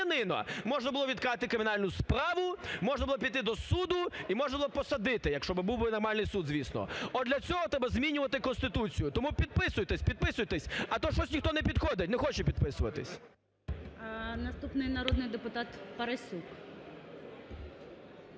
Наступний народний депутат Парасюк.